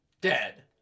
dead